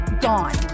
gone